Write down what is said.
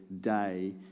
day